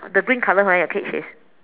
the green color line of cake is